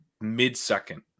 mid-second